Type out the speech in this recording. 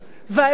וההבדל,